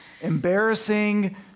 embarrassing